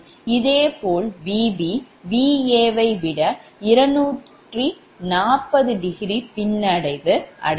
இதேபோல் Vb Va வை விட 240° பின்னடைவு அடையும்